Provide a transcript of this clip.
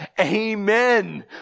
amen